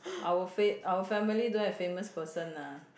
our fa~ our family don't have famous person lah